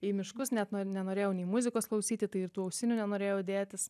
į miškus net no nenorėjau nei muzikos klausyti tai ir tų ausinių nenorėjau dėtis